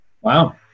wow